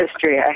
history